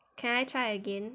can I try again